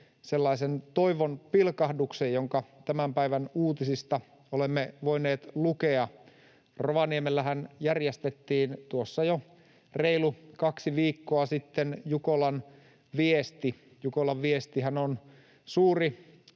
sellaisen toivonpilkahduksen, jonka tämän päivän uutisista olemme voineet lukea. Rovaniemellähän järjestettiin tuossa jo reilu kaksi viikkoa sitten Jukolan viesti. Jukolan viestihän on suuri